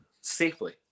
safely